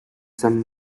some